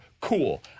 cool